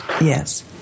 Yes